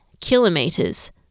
kilometres